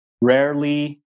rarely